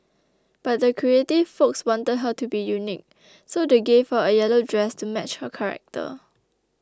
but the creative folks wanted her to be unique so they gave her a yellow dress to match her character